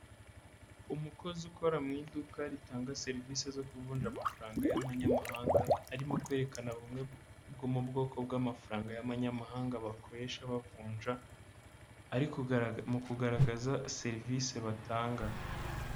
Umukozi ukora mu iduka ritanga serivisi zo kuvunja amafaranga y'amanyamahanga arimo kwerekana b'umwe bwo mu bwoko bw'amafaranga y'abanyamahanga bakoresha bavunja, ari mu kugaragaza serivisi batanga.